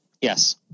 Yes